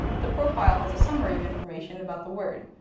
the profile has a summary of information about the word,